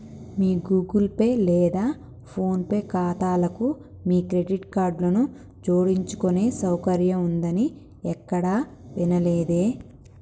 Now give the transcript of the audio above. మీ Google Pay లేదా phone pe ఖాతాలకు మీ క్రెడిట్ కార్డులను జోడించుకునే సౌకర్యం ఉందని ఎక్కడా వినలేదే